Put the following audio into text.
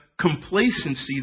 complacency